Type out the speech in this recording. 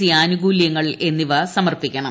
C ആനുകൂല്യങ്ങൾ എന്നിവ സമർപ്പിക്കണം